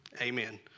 amen